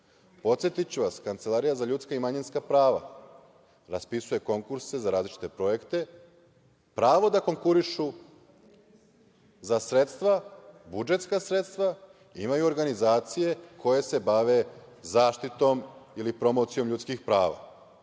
vas, Kancelarija za ljudska i manjinska prava raspisuje konkurse za različite projekte. Pravo da konkurišu za sredstva, budžetska sredstva imaju organizacije koje se bave zaštitom ili promocijom ljudskih prava,